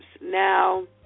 Now